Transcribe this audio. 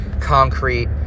concrete